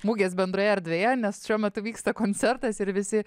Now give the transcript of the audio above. mugės bendroje erdvėje nes šiuo metu vyksta koncertas ir visi